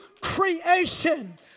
creation